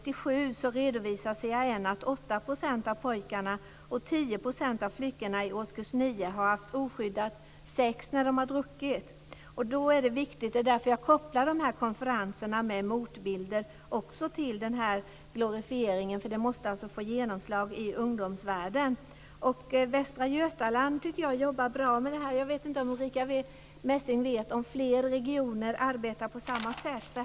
I redovisar CAN att 8 % av pojkarna och 10 % av flickorna i årskurs 9 har haft oskyddat sex när de har druckit. Det är därför jag kopplar dessa konferenser med motbilder till glorifieringen. De måste få genomslag i ungdomsvärlden. Jag tycker att man i Västra Götaland jobbar bra med detta. Jag vet inte om Ulrica Messing vet om fler regioner arbetar på samma sätt.